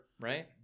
Right